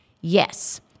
Yes